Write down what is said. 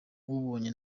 ubonye